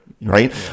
right